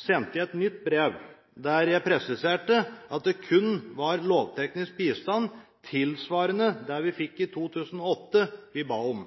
sendte jeg et nytt brev der jeg presiserte at det kun var lovteknisk bistand tilsvarende den vi fikk i 2008, vi ba om.